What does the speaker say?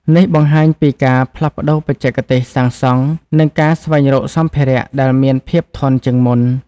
នេះបង្ហាញពីការផ្លាស់ប្តូរបច្ចេកទេសសាងសង់ និងការស្វែងរកសម្ភារៈដែលមានភាពធន់ជាងមុន។